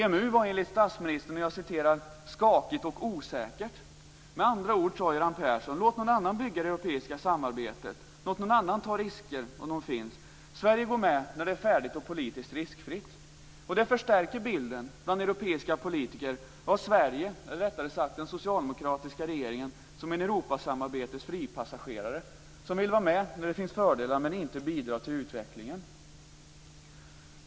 EMU var enligt statsministern "skakigt och osäkert". Med andra ord sade Göran Persson: Låt någon annan få bygga det europeiska samarbetet. Låt någon annan ta risker, om de finns. Sverige går med när det är färdigt och politiskt riskfritt. Det förstärker bilden bland europeiska politiker av Sverige, eller rättare sagt den socialdemokrateriska regeringen, som en Europasamarbetets fripassagerare som vill vara med när det finns fördelar men som inte vill bidra till utvecklingen.